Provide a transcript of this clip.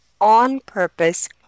on-purpose